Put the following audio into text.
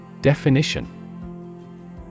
Definition